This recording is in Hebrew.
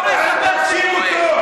עשית?